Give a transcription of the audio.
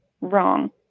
wrong